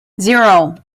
zero